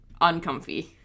uncomfy